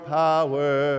power